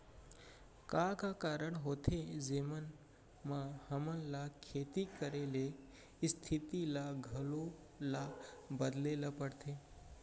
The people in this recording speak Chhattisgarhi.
का का कारण होथे जेमन मा हमन ला खेती करे के स्तिथि ला घलो ला बदले ला पड़थे?